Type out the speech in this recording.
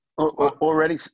already